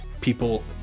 people